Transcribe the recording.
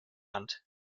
hand